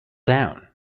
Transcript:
down